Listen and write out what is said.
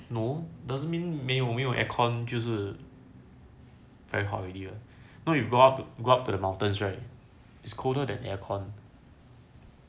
no doesn't mean may 没有 aircon 就是 very hot already you know you go up to the mountains right it's colder than aircon